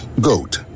GOAT